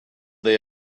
they